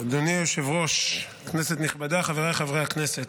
אדוני היושב-ראש, כנסת נכבדה, חבריי חברי הכנסת,